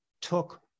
took